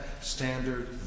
standard